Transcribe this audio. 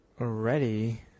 already